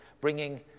bringing